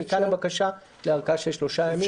מכאן הבקשה להארכה של שלושה ימים ולדון.